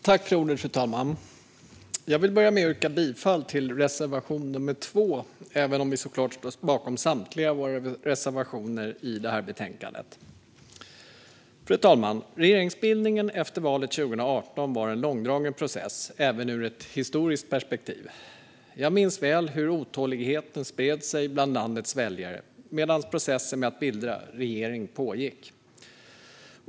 Fru talman! Jag vill börja med att yrka bifall till reservation nummer 2, även om vi såklart står bakom samtliga våra reservationer i betänkandet. Fru talman! Regeringsbildningen efter valet 2018 var en långdragen process, även ur ett historiskt perspektiv. Jag minns väl hur otåligheten spred sig bland landets väljare medan processen med att bilda regering pågick.